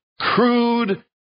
crude